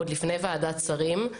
עוד לפני ועדת שרים,